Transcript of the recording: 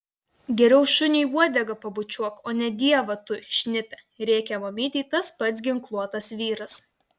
geriau šuniui uodegą pabučiuok o ne dievą tu šnipe rėkė mamytei tas pats ginkluotas vyras